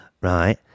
right